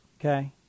Okay